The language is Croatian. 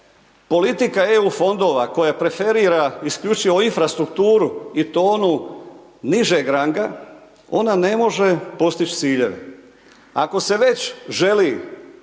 politika EU fondova koja preferira isključivo infrastrukturu i to onu nižeg ranga, ona ne može postić ciljeve. Ako se već želi